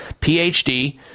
phd